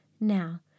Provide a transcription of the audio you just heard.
Now